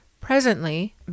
Presently